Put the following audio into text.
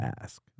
ask